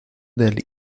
del